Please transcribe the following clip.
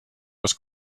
was